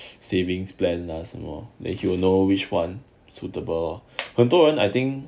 savings plan lah 什么 then you will know which one suitable 很多人 and I think